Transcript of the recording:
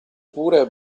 pure